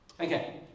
Okay